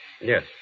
Yes